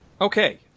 Okay